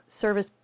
service